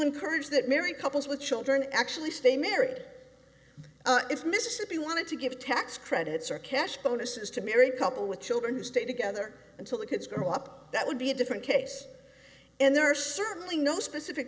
encourage that married couples with children actually stay married if mississippi wanted to give tax credits or cash bonuses to married couple with children who stay together until the kids grow up that would be a different case and there are certainly no specific